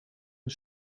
een